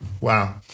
wow